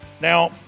Now